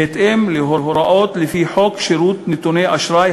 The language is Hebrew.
בהתאם להוראות חוק שירות נתוני אשראי,